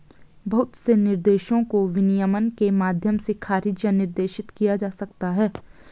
बहुत से निर्देशों को विनियमन के माध्यम से खारिज या निर्देशित किया जा सकता है